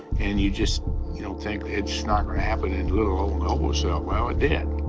and you just, you know, think it's not gonna happen in little ol' noblesville. well, it did.